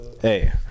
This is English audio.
Hey